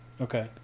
Okay